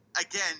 again